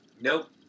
Nope